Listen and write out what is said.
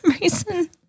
reason